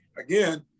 Again